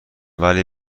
ولی